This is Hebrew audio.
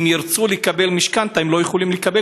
הם ירצו לקבל משכנתה הם לא יכולים לקבל,